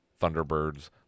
Thunderbirds